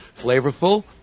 flavorful